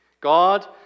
God